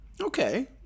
okay